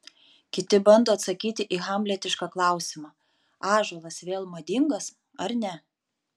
kiti bando atsakyti į hamletišką klausimą ąžuolas vėl madingas ar ne